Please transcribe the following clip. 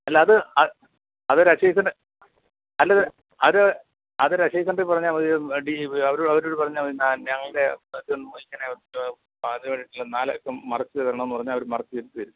അല്ലാതെ അത് അത് ഒരു അക്ഷയയിൽ തന്നെ അല്ല അത് അത് അത് ഒരു അക്ഷയ സെൻട്രിൽ പറഞ്ഞാൽ മതി അവരോട് അവരോട് പറഞ്ഞാൽ മതി ഞങ്ങളുടെ ഇത് ഇങ്ങനെ ആധാറിൽ നാലക്കം മറച്ച് തരണം എന്ന് പറഞ്ഞാൽ അവർ മറച്ച് തരും